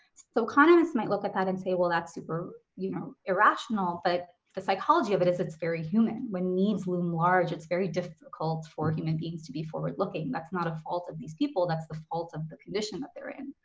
so kind of this might look at that and say, well, that's super you know irrational, but the psychology of it is it's very human. when needs loom large it's very difficult for human beings to be forward-looking, that's not a fault of these people. that's the fault of the condition that they're in.